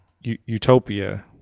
utopia